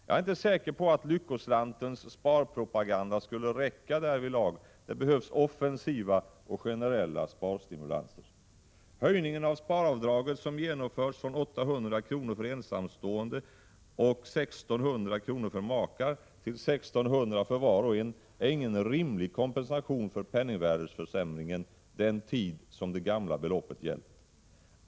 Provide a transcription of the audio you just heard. Jag är inte säker på att Lyckoslantens sparpropaganda skulle räcka därvidlag. Det behövs offensiva och generella sparstimulanser. Höjningen av sparavdraget som genomförts från 800 kr. för ensamstående och 1600 kr. för makar till 1600 kr. för var och en är ingen rimlig kompensation för penningvärdesförsämringen den tid som det gamla beloppet gällt.